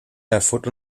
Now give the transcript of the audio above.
erfurt